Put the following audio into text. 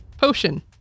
potion